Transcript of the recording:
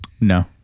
No